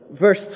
Verse